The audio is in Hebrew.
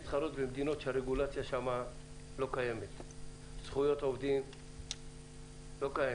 להתחרות במדינות שבהן לא קיימת רגולציה או שלא קיים